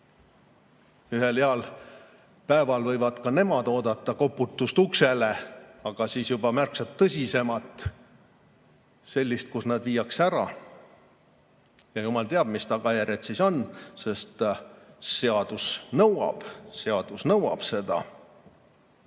Ühel heal päeval võivad ka nemad oodata koputust uksele, aga siis juba märksa tõsisemat, sellist, mille järel nad viiakse ära. Jumal teab, mis tagajärjed siis on, sest seadus nõuab.